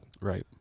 Right